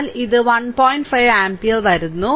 5 ampere വരുന്നു